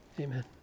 Amen